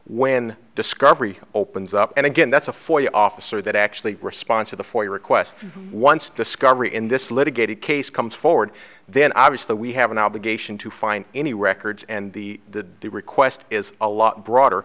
when discovery opens up and again that's a for you officer that actually response to the for your request once discovery in this litigated case comes forward then obviously we have an obligation to find any records and the the request is a lot broader